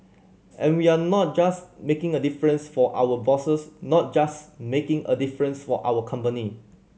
and we are not just making a difference for our bosses not just making a difference for our company